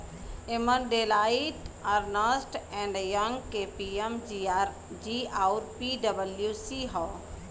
एमन Deloitte, Ernst and Young, KPMG आउर पी.डब्ल्यू.सी हौ